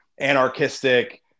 anarchistic